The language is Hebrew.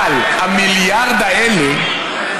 אבל המיליארד האלה,